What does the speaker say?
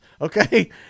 Okay